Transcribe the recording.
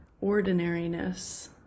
ordinariness